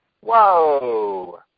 Whoa